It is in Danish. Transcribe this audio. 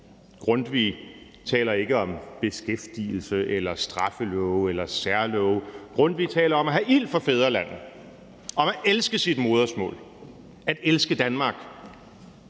Grundtvig taler ikke om beskæftigelse eller straffelove eller særlove; Grundtvig taler om at have ild for fædrelandet, om at elske sit modersmål, at elske Danmark.